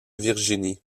virginie